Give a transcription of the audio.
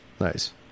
Nice